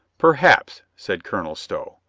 perhaps, said colonel stow,